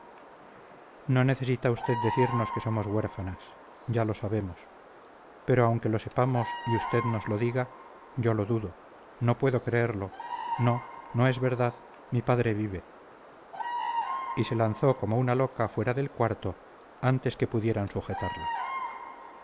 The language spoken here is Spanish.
no necesita usted decirnos que somos huérfanas ya lo sabemos pero aunque lo sepamos y usted nos lo diga yo lo dudo no puedo creerlo no no es verdad mi padre vive y se lanzó como una loca fuera del cuarto antes que pudieran sujetarla